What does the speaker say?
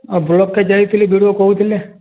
ଆଉ ବ୍ଲକ୍କେ ଯାଇଥିଲେ ବି ଡ଼ି ଓ କହୁଥିଲେ